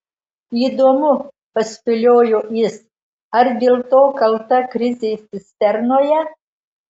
įdomu paspėliojo jis ar dėl to kalta krizė cisternoje